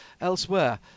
elsewhere